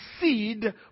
seed